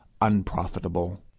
unprofitable